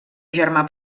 germà